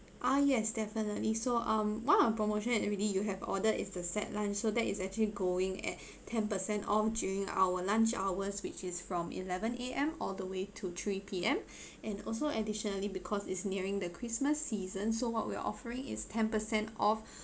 ah yes definitely so um one of our promotion that already you have order is the set lunch so that it is actually going at ten percent off during our lunch hours which is from eleven A_M all the way to three P_M and also additionally because it's nearing the christmas season so what we're offering is ten percent off